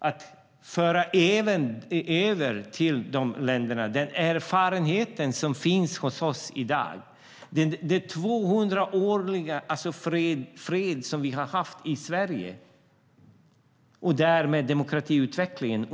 Det är viktigt att föra över den erfarenhet som finns hos oss i Sverige i dag av 200 år av fred och demokratiutveckling.